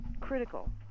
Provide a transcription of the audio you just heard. critical